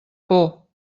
por